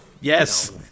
Yes